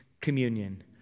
communion